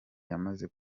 yamaze